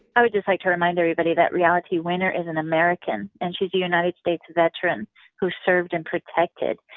i would just like to remind everybody that reality winner is an american, and she's a united states veteran who served and protected.